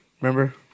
Remember